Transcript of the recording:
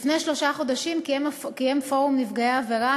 לפני שלושה חודשים קיים פורום נפגעי עבירה,